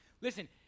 Listen